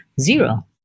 Zero